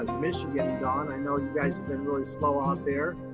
ah michigan. dawn, i know you guys been really slow out there.